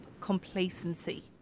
complacency